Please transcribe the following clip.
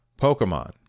Pokemon